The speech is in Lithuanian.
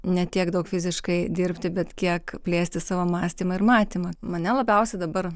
ne tiek daug fiziškai dirbti bet kiek plėsti savo mąstymą ir matymą mane labiausiai dabar